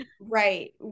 Right